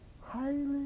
highly